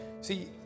See